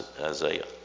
Isaiah